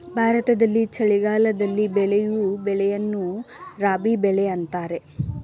ಭಾರತದಲ್ಲಿ ಚಳಿಗಾಲದಲ್ಲಿ ಬೆಳೆಯೂ ಬೆಳೆಯನ್ನು ರಾಬಿ ಬೆಳೆ ಅಂತರೆ